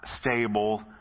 stable